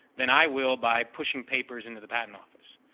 than i will by pushing papers into the patent office.